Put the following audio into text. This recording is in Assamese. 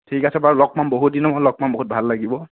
ঠিক আছে বাৰু লগ পাম বহুত দিনৰ মূৰত লগ পাম বহুত ভাল লাগিব